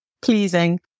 pleasing